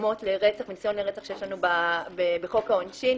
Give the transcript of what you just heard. הדומות לרצח ולניסיון לרצח שיש לנו בחוק העונשין.